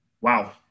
Wow